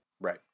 Right